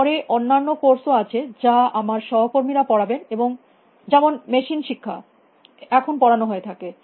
এর পরে অন্যান্য কোর্স ওআছে যা আমার সহকর্মীরা পড়াবেন যেমন মেশিন শিক্ষা এখন পড়ানো হয়ে থাকে